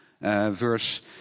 verse